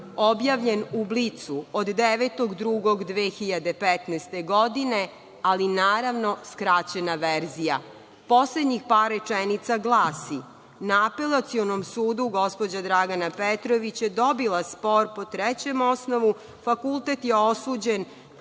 objavljen u „Blicu“ od 9. februara 2015. godine, ali naravno skraćena verzija. Poslednjih par rečenica glasi: „Na Apelacionom sudu gospođa Dragana Petrović je dobila spor po trećem osnovu. Fakultet je osuđen